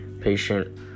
patient